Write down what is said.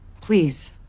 Please